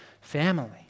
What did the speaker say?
family